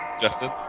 Justin